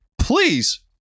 Please